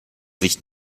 sich